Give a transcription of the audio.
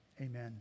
Amen